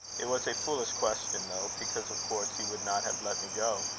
it was a foolish question, though because, of course, you would not have let me go.